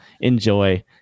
enjoy